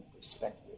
perspective